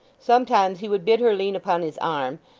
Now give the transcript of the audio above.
sometimes he would bid her lean upon his arm,